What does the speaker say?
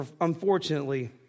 unfortunately